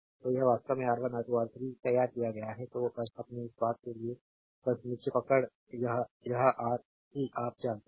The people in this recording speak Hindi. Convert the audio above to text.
तो यह वास्तव में R1 R2 R3 तैयार किया गया है तो बस अपनी इस बात के लिए बस नीचे पकड़ यह आर सी आप जानते हैं